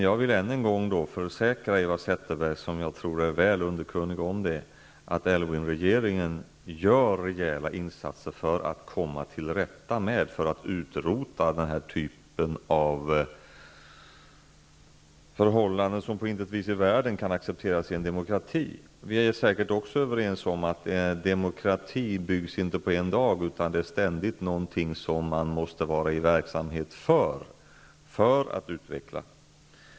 Jag vill än en gång försäkra Eva Zetterberg, som jag tror är väl underkunnig om detta, att Aylwin-regeringen gör rejäla insatser för att komma till rätta med problemen och utrota de förhållanden som på intet vis kan accepteras i en demokrati. Vi är säkert också överens om att demokrati inte byggs på en dag, utan man måste ständigt vara i verksamhet för att utveckla den.